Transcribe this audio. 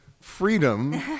freedom